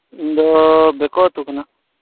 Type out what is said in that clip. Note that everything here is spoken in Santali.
ᱤᱧ ᱫᱚ ᱵᱮᱠᱚ ᱟᱛᱳ ᱠᱷᱚᱱᱟᱜ